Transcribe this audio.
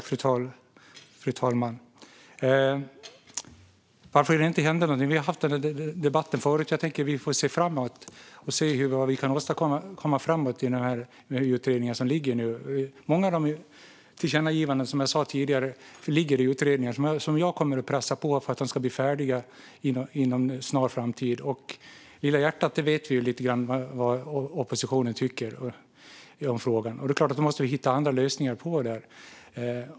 Fru talman! Varför hände det inte någonting? Den debatten har vi haft förut. Jag tänker att vi får se framåt vad vi kan åstadkomma med de utredningar som ligger nu, och jag kommer att pressa på för att de ska bli färdiga inom en snar framtid. När det gäller "Lilla hjärtat" vet vi lite grann vad oppositionen tycker, och det är klart att då måste vi hitta andra lösningar.